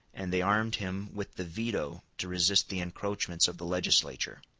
and they armed him with the veto to resist the encroachments of the legislature.